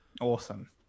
Awesome